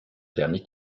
dernier